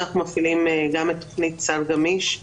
אנחנו מפעילים בין היתר את תוכנית סל גמיש.